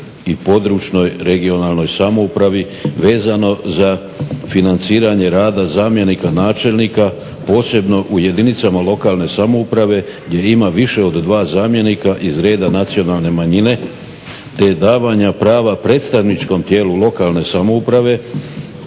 i područnoj (regionalnoj) samoupravi vezano za financiranje rada zamjenika načelnika posebno u jedinicama lokalne samouprave gdje ima više od dva zamjenika iz reda nacionalne manjine, te davanja prava predstavničkom tijelu lokalne samouprave